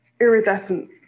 iridescent